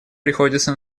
приходится